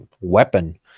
weapon